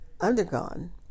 undergone